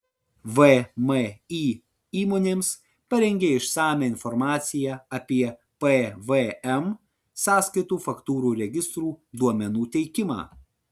vmi įmonėms parengė išsamią informaciją apie pvm sąskaitų faktūrų registrų duomenų teikimą